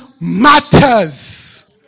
matters